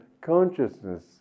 consciousness